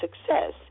success